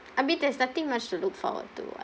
I mean there's nothing much to look forward to [what]